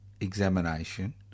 examination